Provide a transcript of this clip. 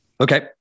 Okay